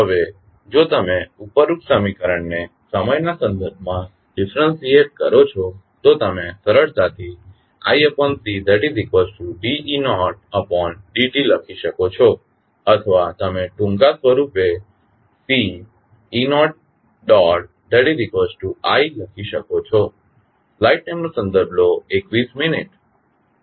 હવે જો તમે ઉપરોક્ત સમીકરણને સમયના સંદર્ભમાં ડીફરંશિએટ કરો તો તમે સરળતાથી iCd e0d tલખી શકો છો અથવા તમે ટૂંકા સ્વરૂપે Ce0i લખી શકો છો